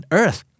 earth